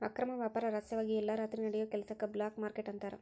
ಅಕ್ರಮ ವ್ಯಾಪಾರ ರಹಸ್ಯವಾಗಿ ಎಲ್ಲಾ ರಾತ್ರಿ ನಡಿಯೋ ಕೆಲಸಕ್ಕ ಬ್ಲ್ಯಾಕ್ ಮಾರ್ಕೇಟ್ ಅಂತಾರ